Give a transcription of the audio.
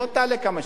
תעלה כמה שאתה רוצה,